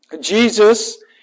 Jesus